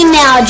now